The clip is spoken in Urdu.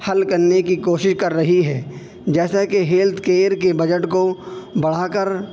حل کرنے کی کوشش کر رہی ہے جیسا کہ ہیلتھ کیئر کے بجٹ کو بڑھا کر